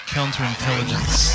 Counterintelligence